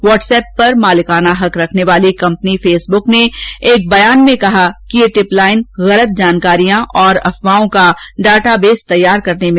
WhatsApp पर मालिकाना हक रखने वाली कंपनी फेसबूक ने एक बयान में कहा कि यह टिपलाइन गलत जानकारियां और अफवाहों का डाटाबेस तैयार करने में मदद करेगी